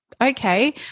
okay